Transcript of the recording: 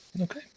Okay